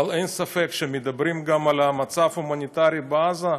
אבל אין ספק שכשמדברים גם על המצב ההומניטרי בעזה,